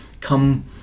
come